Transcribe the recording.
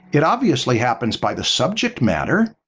it obviously happens by the subject matter.